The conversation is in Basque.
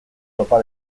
topa